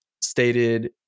stated